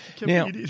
Now